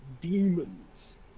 demons